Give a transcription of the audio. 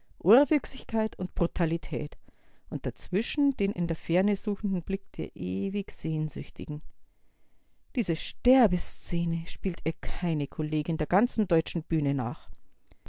urwüchsigkeit und brutalität und dazwischen den in der ferne suchenden blick der ewig sehnsüchtigen diese sterbeszene spielt ihr keine kollegin der ganzen deutschen bühne nach